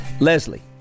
Leslie